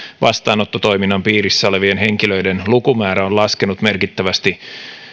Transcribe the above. vastaanottotoiminnan piirissä olevien henkilöiden lukumäärä on laskenut merkittävästi